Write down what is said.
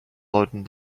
loaded